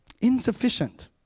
insufficient